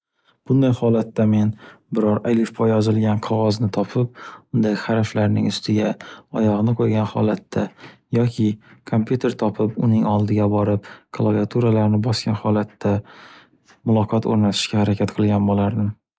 Bunday holatda men biror alifbo yozilgan qog’ozni topib, undagi harflarning ustiga oyog’ni qo’ygan holatda yoki komputer topib, uning oldiga borib klaviaturalarni bosgan holatda muloqot o’rnatishga harakat qilgan bo’lardim.